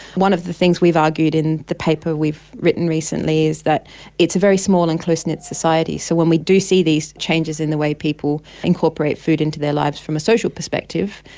one of the things we've argued in the paper we've written recently is that it's a very small and close-knit society. so when we do see these changes in the way people incorporate food into their lives from a social perspective,